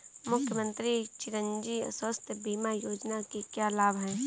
मुख्यमंत्री चिरंजी स्वास्थ्य बीमा योजना के क्या लाभ हैं?